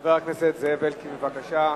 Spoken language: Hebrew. חבר הכנסת זאב אלקין, בבקשה.